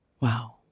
Wow